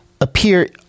appear